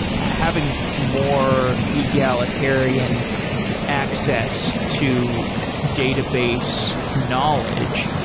having more egalitarian access to database knowledge.